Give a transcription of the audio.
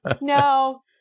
No